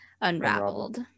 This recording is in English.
unraveled